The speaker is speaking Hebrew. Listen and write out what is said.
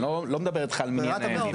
אני לא מדבר איתך על מניין הימים.